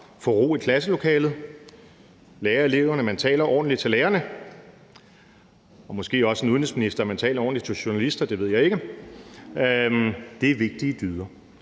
få ro i klasselokalet, lære eleverne, at man taler ordentligt til lærerne, og måske også lære en udenrigsminister, at man taler ordentligt til journalister – det ved jeg ikke. Det er vigtige dyder.